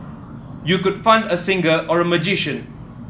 you could fund a singer or a magician